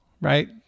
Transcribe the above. right